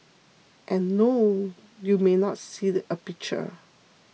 and no you may not see the a picture